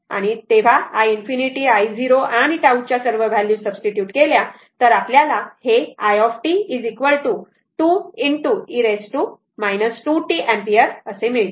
जर i ∞ i0 आणि T च्या सर्व व्हॅल्यू सबसिट्युट केल्या तर हे i t 2 e 2t ampere होईल बरोबर